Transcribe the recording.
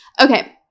Okay